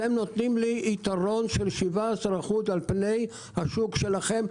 אתם נותנים לי יתרון של 17% על פני השוק שלכם".